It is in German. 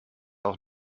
auch